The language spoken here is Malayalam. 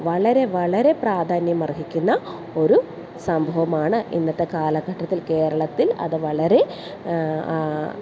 വളരെ വളരെ പ്രാധാന്യം അർഹിക്കുന്ന ഒരു സംഭവമാണ് ഇന്നത്തെ കാലഘട്ടത്തിൽ കേരളത്തിൽ അത് വളരെ